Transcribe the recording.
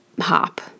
hop